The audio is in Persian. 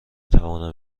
توانم